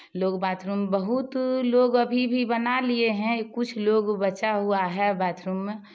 लोग बाथरूम बहुत लोग अभी भी बना लिए हैं कुछ लोग बचा हुआ है बाथरूम में